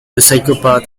psychopath